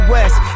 West